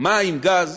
מים וגז,